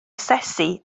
asesu